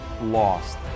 lost